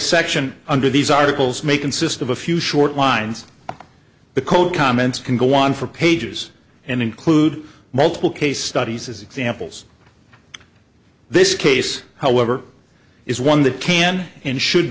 section under these articles may consist of a few short lines the code comments can go on for pages and include multiple case studies as examples this case however is one that can and should